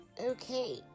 Okay